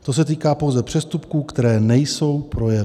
To se týká pouze přestupků, které nejsou projevem.